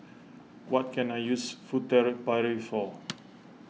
what can I use Furtere Paris for